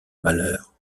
malheurs